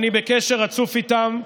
אני בקשר רצוף איתם,